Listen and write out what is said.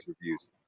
reviews